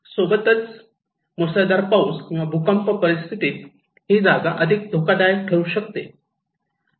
सोबत मुसळधार पाऊस किंवा भुकंप परिस्थितीत ही जागा अधिक धोकादायक ठरू शकते